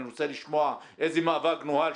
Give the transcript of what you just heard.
אני רוצה לשמוע איזה מאבק נוהל,